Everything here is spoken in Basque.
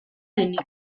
denik